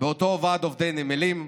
באותו ועד עובדי נמלים,